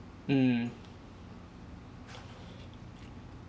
mm